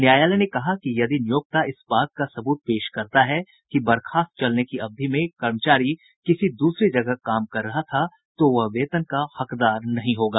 न्यायालय ने कहा कि यदि नियोक्ता इस बात का सबूत पेश करता है कि बर्खास्त चलने की अवधि में कर्मचारी किसी दूसरी जगह काम कर रहा था तो वह वेतन का हकदार नहीं होगा